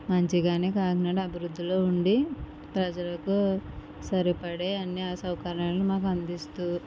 మంచిగానే కాకినాడ అభివృద్ధిలో ఉండి ప్రజలకు సరిపడే అన్ని ఆ సౌకర్యాలు మనకి అందిస్తూ